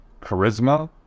charisma